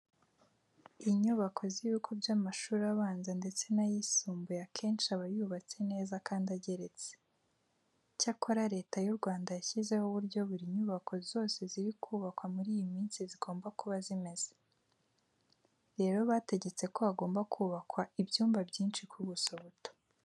Inyubako z'ibigo by'amashuri abanza ndetse n'ayisumbuye akenshi aba yubatse neza kandi ageretse. Icyakora Leta y'u Rwanda yashyizeho uburyo buri nyubako zose ziri kubakwa muri iyi minsi zigomba kuba zimeze. Rero bategetse ko hagomba kubakwa ibyumba byinshi ku buso buto.